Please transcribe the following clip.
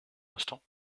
instant